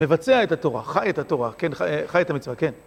מבצע את התורה, חי את את התורה כן, חי את המצווה, כן.